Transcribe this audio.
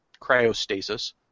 cryostasis